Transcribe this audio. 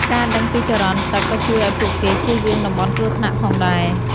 ការដឹងពីចរន្តទឹកក៏ជួយឱ្យពួកគេចៀសវាងតំបន់គ្រោះថ្នាក់ផងដែរ។